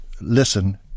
listen